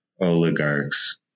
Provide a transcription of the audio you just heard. oligarchs